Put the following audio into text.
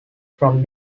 from